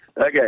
Okay